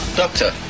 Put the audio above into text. doctor